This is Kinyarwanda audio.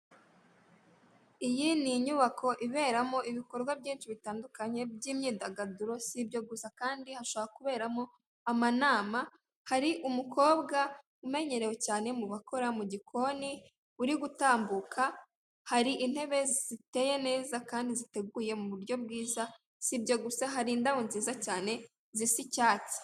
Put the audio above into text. Iyi ni inyubako iberamo ibikorwa byinshi bitandukanye by'imyidagaduro, si ibyo gusa kandi hashobora kuberamo amanama, hari umukobwa umenyerewe cyane mu bakora mu gikoni, uri gutambuka, hari intebe ziteye neza kandi ziteguye mu buryo bwiza, si ibyo gusa hari indabo nziza cyane zisa icyatsi.